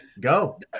go